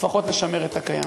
לפחות לשמר את הקיים.